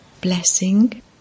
Blessing